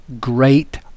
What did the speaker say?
great